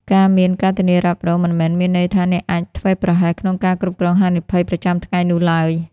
ការមាន ការធានារ៉ាប់រង មិនមែនមានន័យថាអ្នកអាចធ្វេសប្រហែសក្នុង ការគ្រប់គ្រងហានិភ័យ ប្រចាំថ្ងៃនោះឡើយ។